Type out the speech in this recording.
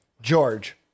George